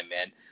man